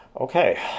Okay